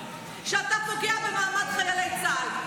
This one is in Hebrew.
שאתה פוגע במעמד חיילי צה"ל,